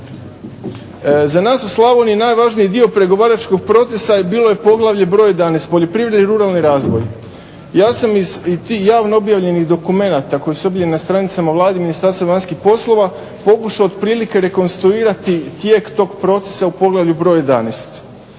Za nas u Slavoniji najvažniji dio pregovaračkog procesa bilo je poglavlje broj 11. poljoprivreda i ruralni razvoj. Ja sam iz tih javno objavljenih dokumenata koji su objavljeni na stranicama Vlade i Ministarstva vanjskih poslova pokušao rekonstruirati tijek procesa u poglavlju broj 11.